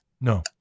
No